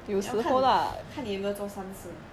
no 有时候也会中的 [what]